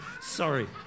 sorry